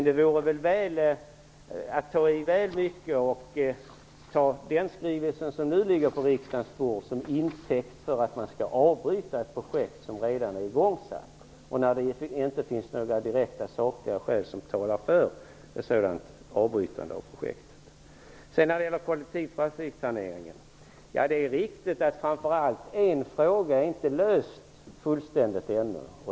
Det vore att ta i väl mycket att ta den skrivelse som nu ligger på riksdagens bord som intäkt för att man skall avbryta ett projekt som redan är igångsatt och när det inte finns några direkta sakliga skäl som talar för ett sådant avbrytande av projektet. När det gäller kollektivtrafikplaneringen är det riktigt att framför allt en fråga ännu inte är fullständigt löst.